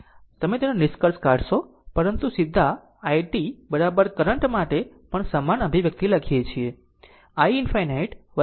તમે તેનો નિષ્કર્ષ કાઢશો પરંતુ સીધા i t કરંટ માટે પણ સમાન અભિવ્યક્તિ લખીએ છીએ